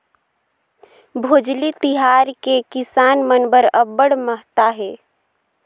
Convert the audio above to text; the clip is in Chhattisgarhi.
भोजली तिहार के किसान मन बर अब्बड़ महत्ता हे